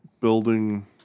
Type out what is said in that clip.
building